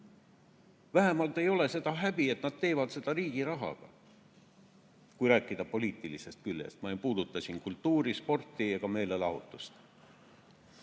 Vähemalt ei ole seda häbi, et nad teevad seda riigi rahaga, kui rääkida siin poliitilisest küljest, ma ei puuduta siin kultuuri, sporti ega meelelahutust.